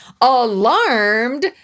Alarmed